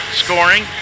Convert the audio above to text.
scoring